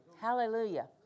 Hallelujah